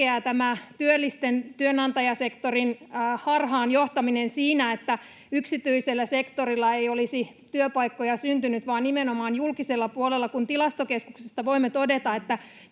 työllisten ja työnantajasektorin harhaan johtaminen siinä, että yksityisellä sektorilla ei olisi työpaikkoja syntynyt, vaan nimenomaan julkisella puolella, kun Tilastokeskuksesta voimme todeta,